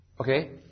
Okay